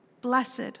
blessed